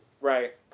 Right